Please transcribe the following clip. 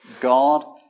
God